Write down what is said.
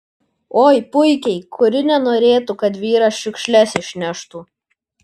oi puikiai kuri nenorėtų kad vyras šiukšles išneštų